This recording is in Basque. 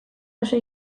paso